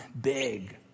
big